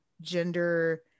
gender